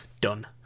done